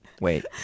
Wait